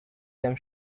them